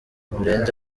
murenzi